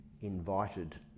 invited